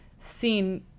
seen